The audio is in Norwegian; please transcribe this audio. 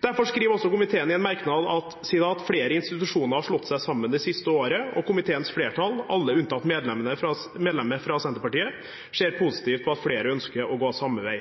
Derfor skriver også komiteen i en merknad: «Flere institusjoner har slått seg sammen det siste året, og komiteens flertall, alle unntatt medlemmet fra Senterpartiet, ser positivt på at flere ønsker å gå samme vei.»